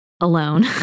alone